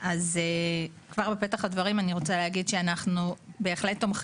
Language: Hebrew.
ואין צורך ברמת ההעמקה שאנחנו בעצם מדברים